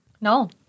No